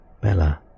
Bella